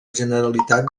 generalitat